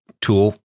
tool